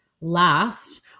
last